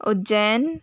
Ujjain